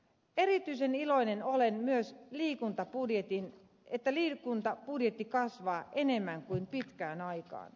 erityisen iloinen olen myös siitä että liikuntabudjetti kasvaa enemmän kuin pitkään aikaan